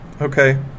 Okay